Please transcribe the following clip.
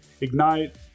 Ignite